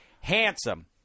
Handsome